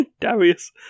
Darius